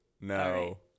No